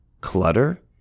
clutter